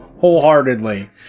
wholeheartedly